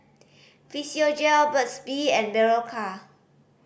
Physiogel Burt's Bee and Berocca